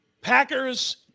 Packers